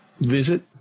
visit